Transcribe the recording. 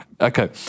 Okay